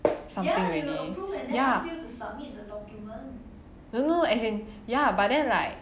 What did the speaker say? something already ya no no as in ya but then like